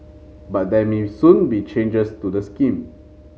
but there may soon be changes to the scheme